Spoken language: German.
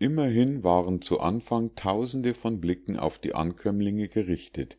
immerhin waren zu anfang tausende von blicken auf die ankömmlinge gerichtet